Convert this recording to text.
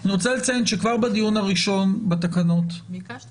אני רוצה לציין שכבר בדיון הראשון בתקנות --- בדיון